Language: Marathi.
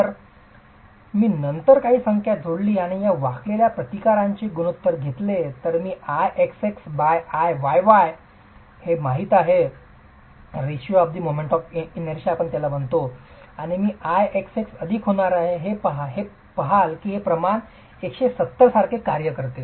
तर जर मी नंतर काही संख्या जोडली आणि या वाकलेल्या प्रतिकारांचे गुणोत्तर घेतले तर मी Ixx Iyy घेते हे माहित आहे की मी Ixx अधिक होणार आहे आपण हे पहाल की हे प्रमाण 170 सारखे कार्य करते